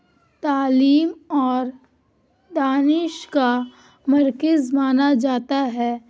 تعلیم اور دانش کا مرکز مانا جاتا ہے